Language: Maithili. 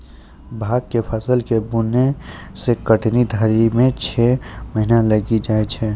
भाँग के फसल के बुनै से कटनी धरी मे छौ महीना लगी जाय छै